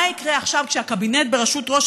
מה יקרה עכשיו כשהקבינט בראשות ראש